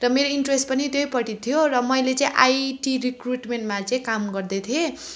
र मेरो इन्ट्रेस पनि त्यहीपट्टि थियो र मैले चाहिँ आइटी रिक्रुटमेन्टमा चाहिँ काम गर्दैथिएँ